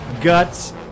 guts